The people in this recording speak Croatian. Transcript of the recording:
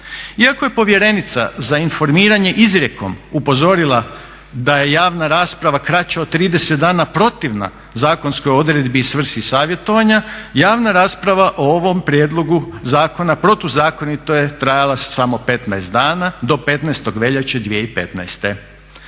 Iako je povjerenica za informiranje izrijekom upozorila da je javna rasprava kraća od 30 dana protivna zakonskoj odredbi i svrsi savjetovanja, javna rasprava o ovom prijedlogu zakona protuzakonito je trajala samo 15 dana do 15.veljače 2015.